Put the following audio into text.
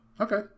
Okay